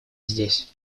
здесь